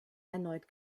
erneut